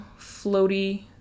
floaty